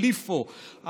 ה-LIFO,